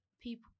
people